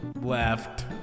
Left